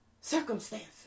circumstances